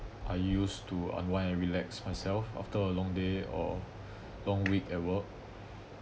I used to unwind and relax myself after a long day or long week at work